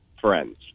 friends